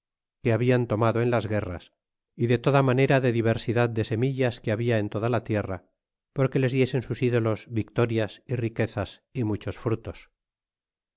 que hablan tomado en las guerras y de toda manera de diversidad de semillas que habla en toda la tierra porque les diesen sus ídolos victorias é riquezas y muchos frutos